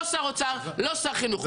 לא שר האוצר, לא שר חינוך.